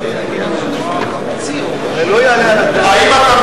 זה הסעיף,